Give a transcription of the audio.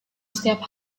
setiap